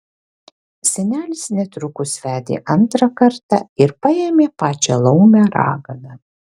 senelis netrukus vedė antrą kartą ir paėmė pačią laumę raganą